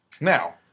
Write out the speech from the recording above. Now